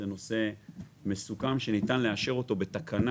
זה נושא מסוכם שניתן לאשר אותו בתקנה,